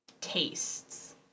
tastes